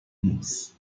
moves